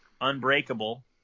Unbreakable